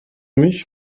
mich